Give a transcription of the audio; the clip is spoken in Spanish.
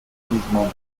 mismo